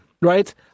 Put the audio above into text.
right